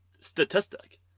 statistic